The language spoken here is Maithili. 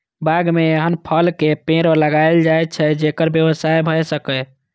बाग मे एहन फलक पेड़ लगाएल जाए छै, जेकर व्यवसाय भए सकय